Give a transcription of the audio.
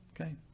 Okay